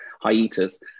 hiatus